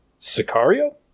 Sicario